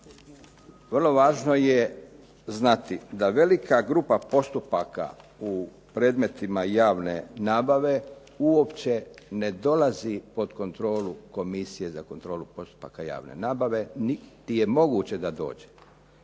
vrlo važno je znati da velika grupa postupaka u predmetima javne nabave, uopće ne dolazi pod kontrolu Komisije za kontrolu postupaka javne nabave, niti je moguće da dođe.